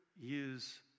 use